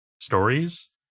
stories